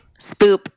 Spoop